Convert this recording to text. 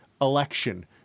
election